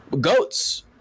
goats